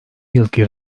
yılki